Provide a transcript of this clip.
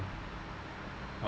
uh